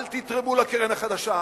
אל תתרמו לקרן החדשה,